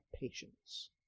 patience